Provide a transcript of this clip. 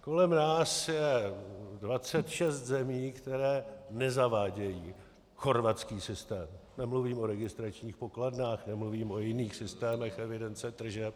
Kolem nás je 26 zemí, které nezavádějí chorvatský systém nemluvím o registračních pokladnách, nemluvím o jiných systémech evidence tržeb.